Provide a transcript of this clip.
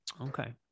okay